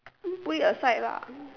put it aside lah